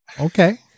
Okay